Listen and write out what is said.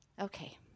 Okay